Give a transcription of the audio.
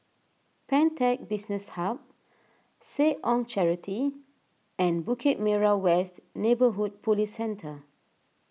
Pantech Business Hub Seh Ong Charity and Bukit Merah West Neighbourhood Police Centre